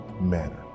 manner